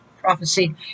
prophecy